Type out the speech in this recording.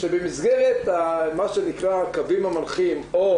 שבמסגרת מה שנקרא הקווים המנחים או